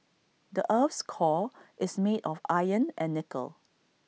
the Earth's core is made of iron and nickel